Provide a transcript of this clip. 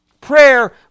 Prayer